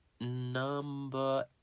number